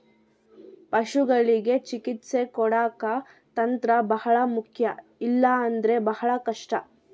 ಪಶುಗಳಿಗೆ ಚಿಕಿತ್ಸೆ ಕೊಡಾಕ ತಂತ್ರ ಬಹಳ ಮುಖ್ಯ ಇಲ್ಲ ಅಂದ್ರೆ ಬಹಳ ಕಷ್ಟ